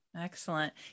Excellent